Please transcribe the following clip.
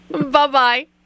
Bye-bye